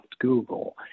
Google